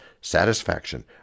satisfaction